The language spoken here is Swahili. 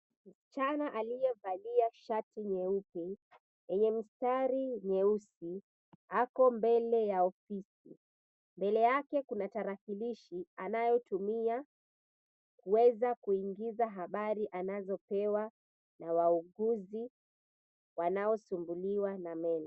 Msichana aliyevalia shati nyeupe yenye mistari nyeusi ako mbele ya ofisi. Mbele yake kuna tarakilishi anayotumia kuweza kuingiza habari anazopewa na wauguzi wanaosumbuliwa na meno.